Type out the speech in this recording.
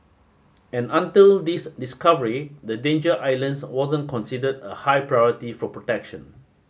and until this discovery the Danger Islands wasn't considered a high priority for protection